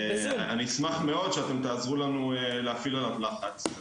אני אשמח מאוד שאתם תעזרו להפעיל עליו לחץ.